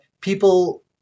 people